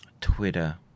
Twitter